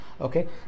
okay